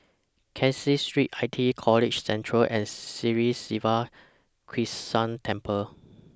Caseen Street ITE College Central and Sri Siva Krishna Temple